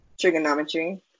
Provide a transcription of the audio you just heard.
Trigonometry